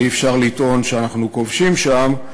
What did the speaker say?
ואי-אפשר לטעון שאנחנו כובשים שם,